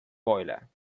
boiler